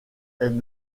est